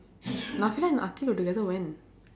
and akhil were together when